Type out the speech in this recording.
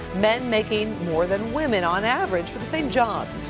men making more than women on average for the same job.